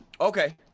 Okay